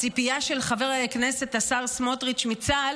הציפייה של חבר הכנסת השר סמוטריץ' מצה"ל